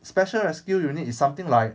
special rescue unit is something like